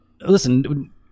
Listen